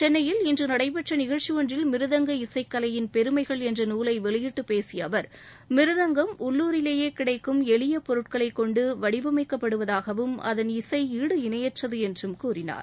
சென்னையில் இன்று நடைபெற்ற நிகழ்ச்சி ஒன்றில் மிருதங்க இசைக் கலையின் பெருமகள் என்ற நூலை வெளியிட்டு பேசிய அவர் மிருதங்கம் உள்ளுரிலேயே கிடைக்கும் எளிய பொருட்களை கொண்டு வடிவமைக்கப்படுவதாகவும் ஆனால் அதன் இசொடு இணையற்றது என்று கூறினார்